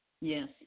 Yes